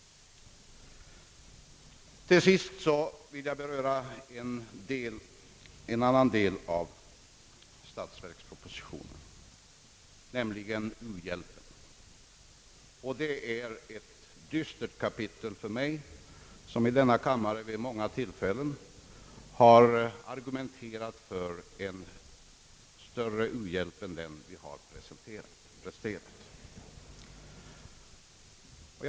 Till sist vill jag beröra en annan del av statsverkspropositionen, nämligen uhjälpen. Den är ett dystert kapitel för mig som i denna kammare vid många tillfällen har argumenterat för en större u-hjälp än den vi har presterat.